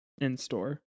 In-store